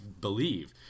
believe